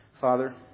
father